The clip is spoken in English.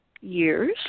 years